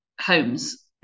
homes